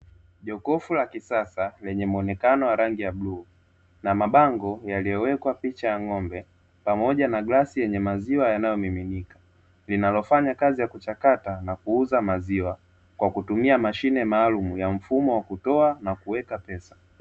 Jokofu la kisasa lenye muonekano wa rangi ya bluu na mabango yaliyowekwa picha ya ng'ombe pamoja na glasi yenye maziwa yanayomiminika, linalofanya kazi ya kuchakata na kuuza maziwa kwa kutumia mashine maalumu kwa mfumo wa kutoa na kuweka pesa.